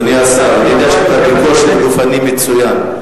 אדוני השר, אני יודע שאתה בכושר גופני מצוין.